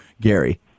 Gary